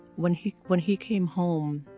when he, when he came home,